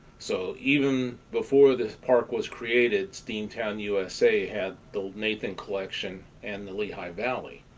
so, even before this park was created, steamtown usa had the nathan collection and the lehigh valley.